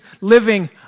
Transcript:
living